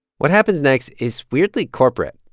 what happens next is weirdly corporate.